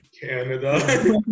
Canada